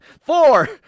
Four